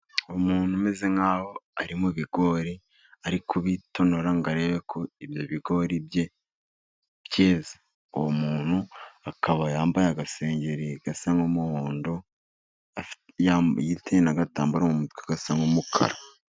Umuntu umeze nkaho ari mu bigori, ari kubitonora ngo arebe ko ibyo bigori bye byeze, uwo muntu akaba yambaye agasengeri gasa n'umuhondo, yiteye n'agatambaro mu mutwe gasa nk'umukara.